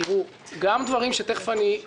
תראו, גם דברים שתכף אני אפרוס כאן,